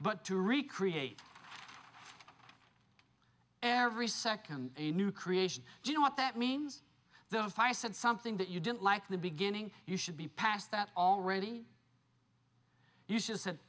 but to recreate it every second a new creation do you know what that means then if i said something that you didn't like the beginning you should be past that already you just said